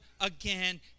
again